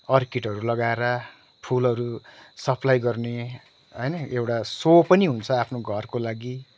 अर्किडहरू लगाएर फुलहरू सप्लाई गर्ने होइन एउटा सो पनि हुन्छ आफ्नो घरको लागि